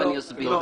ואסביר.